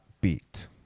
beat